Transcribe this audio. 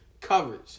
coverage